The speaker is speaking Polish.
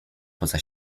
poza